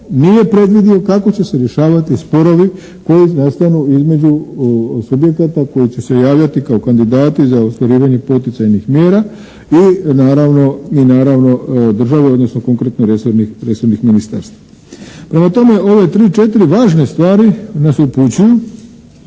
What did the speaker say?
nije predvidio kako će se rješavati sporovi koji nastanu između subjekata koji će se javljati kao kandidati za ostvarivanje poticajnih mjera, i naravno države odnosno konkretno resornih ministarstava. Prema tome ove tri, četiri važne stvari nas upućuju